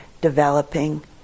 developing